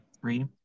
Three